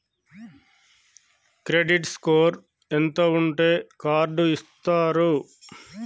Credit score ఎంత ఉంటే card ఇస్తారు?